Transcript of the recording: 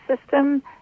system